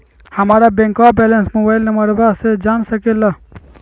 हमारा bank balance mobile number से जान सके ला?